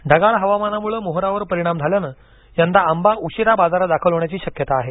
ढगाळ हवामानामुळे मोहोरावर परिणाम झाल्याने यंदा आंबा उशिरा बाजारात दाखल होण्याची शक्यता आहे